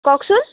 কওকচোন